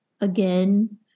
again